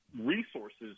resources